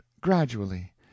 gradually